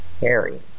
Harry